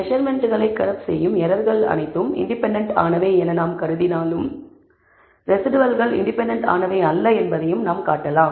மெசர்மென்ட்களை corrupt செய்யும் எரர்கள் அனைத்தும் இன்டெபென்டென்ட் ஆனவை என நாம் கருதினாலும் ரெஸிடுவல்கள் இன்டெபென்டென்ட் ஆனவை அல்ல என்பதையும் நாம் காட்டலாம்